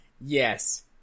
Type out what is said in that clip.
Yes